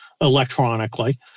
electronically